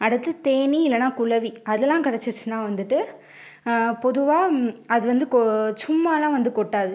அடுத்து தேனீ இல்லைன்னா குளவி அதலாம் கடிச்சிடுச்சின்னால் வந்துட்டு பொதுவாக அது வந்து கொ சும்மாலாம் வந்து கொட்டாது